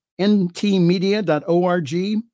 ntmedia.org